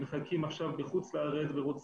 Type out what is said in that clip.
שמחה להיות כאן.